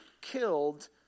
killed